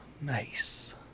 Nice